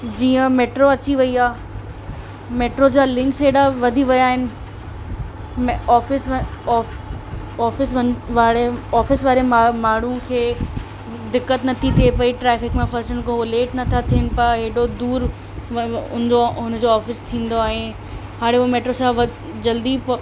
जीअं मेट्रो अची वेई आहे मेट्रो जा लिंक्स हेॾा वधी विया आहिनि मां ऑफिस में ऑफि ऑफिसनि वारे ऑफिस वारे माण्हुनि खे दिक़त न थी थिए पेई ट्रेफिक में फसनि त उहो लेट न था थियनि पिया हेॾो दूर हुनजो हुनजो ऑफिस थींदा आहिनि हाणे उहा मेट्रो सां जल्दी